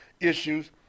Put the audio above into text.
issues